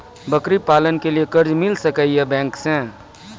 बकरी पालन के लिए कर्ज मिल सके या बैंक से?